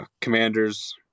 Commanders